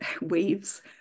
waves